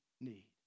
need